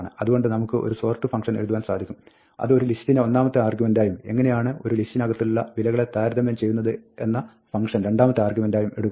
അതുകൊണ്ട് നമുക്ക് ഒരു സോർട്ട് ഫംഗ്ഷൻ എഴുതുവാൻ സാധിക്കും അത് ഒരു ലിസ്റ്റിനെ ഒന്നാമത്തെ അർഗ്യുമെന്റായും എങ്ങിനെയാണ് ഒരു ലിസ്റ്റിനകത്തുള്ള വിലകളെ താരതമ്യം ചെയ്യുന്നത് എന്ന ഫംഗ്ഷൻ രണ്ടാമത്തെ അർഗ്യുമെന്റായും എടുക്കുന്നു